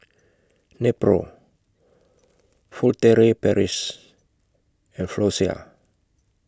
Nepro Furtere Paris and Floxia